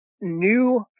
new